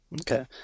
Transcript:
okay